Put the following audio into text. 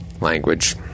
language